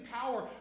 power